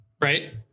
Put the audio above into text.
Right